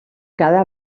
cada